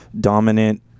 dominant